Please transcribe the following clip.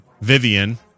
Vivian